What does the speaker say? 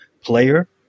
player